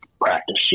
practice